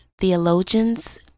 theologians